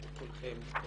שכולכם מכירים.